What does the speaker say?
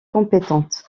compétente